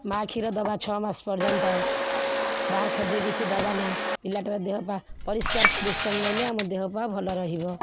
ମାଆ କ୍ଷୀର ଦେବା ଛଅ ମାସ ପର୍ଯ୍ୟନ୍ତ ବାହାର ଖାଦ୍ୟ କିଛି ଦେବା ନା ପିଲାଟା ଦେହପାହା ପରିଷ୍କାର ପରିଚ୍ଛନ୍ନ ରହିଲେ ଆମ ଦେହପାହା ଭଲ ରହିବ